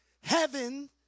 Heaven